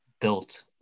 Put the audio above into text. built